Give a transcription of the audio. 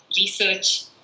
research